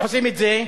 עושים את זה?